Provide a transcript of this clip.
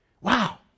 Wow